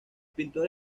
pintor